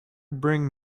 bring